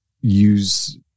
use